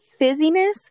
fizziness